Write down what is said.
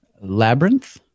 Labyrinth